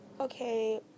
Okay